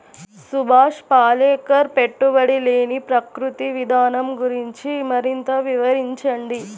సుభాష్ పాలేకర్ పెట్టుబడి లేని ప్రకృతి విధానం గురించి మరింత వివరించండి